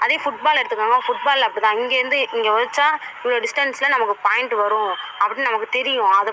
அதே ஃபுட்பால் எடுத்துக்கோங்க ஃபுட்பால் அப்படி தான் இங்கேருந்து இங்கே உதச்சா இவ்வளோ டிஸ்டன்ஸில் நமக்கு பாய்ண்ட்டு வரும் அப்படின்னு நமக்குத் தெரியும் அது